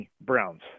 Browns